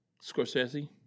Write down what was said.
Scorsese